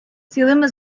цілими